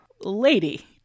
Lady